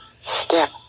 step